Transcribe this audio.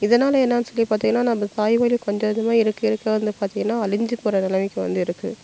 இதனால் என்னென்னு சொல்லி பார்த்திங்கனா நம்ப தாய்மொழி கொஞ்சம் கொஞ்சமாக இருக்க இருக்க வந்து பார்த்திங்கனா அழிஞ்சு போகிற நிலமைக்கு வந்து இருக்குது